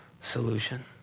solution